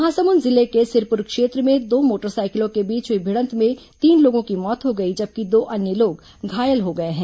महासमुंद जिले के सिरपुर क्षेत्र में दो मोटरसाइकिलों के बीच हुई भिडंत में तीन लोगों की मौत हो गई जबकि दो अन्य लोग घायल हो गए हैं